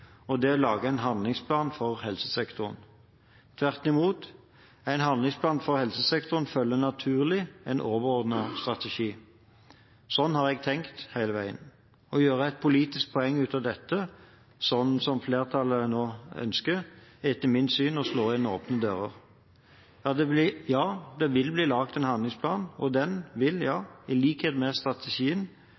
og det å lage en handlingsplan for helsesektoren. Tvert imot, en handlingsplan for helsesektoren følger naturlig av en overordnet strategi. Slik har jeg tenkt hele veien. Å gjøre et politisk poeng ut av dette, slik som flertallet nå ønsker, er etter mitt syn å slå inn åpne dører. Ja, det vil bli laget en handlingsplan, og ja, den vil, i likhet med strategien,